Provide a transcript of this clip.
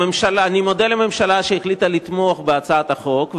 אני מודה לממשלה שהחליטה לתמוך בהצעת החוק,